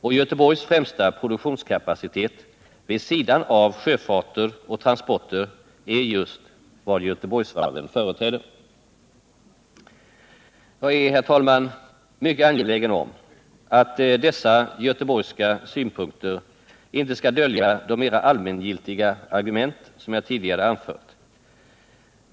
Och Göteborgs främsta produktionskapacitet vid sidan av sjöfart och transport är just vad Göteborgsvarven företräder. Jag är, herr talman, mycket angelägen om att dessa göteborgska synpunkter inte skall dölja de mera allmängiltiga argument som jag tidigare anfört.